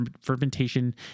fermentation